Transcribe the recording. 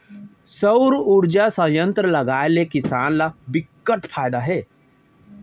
सउर उरजा संयत्र लगाए ले किसान ल बिकट फायदा हे